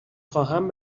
خواهم